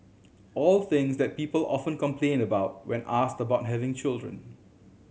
all things that people often complain about when asked about having children